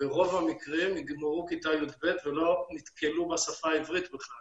ברוב המקרים יגמרו כיתה י"ב ולא נתקלו בשפה העברית בכלל